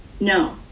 no